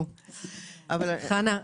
מצטערת.